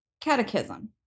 catechism